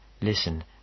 Listen